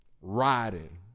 Riding